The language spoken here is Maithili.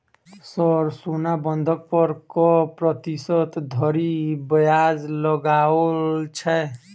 सर सोना बंधक पर कऽ प्रतिशत धरि ब्याज लगाओल छैय?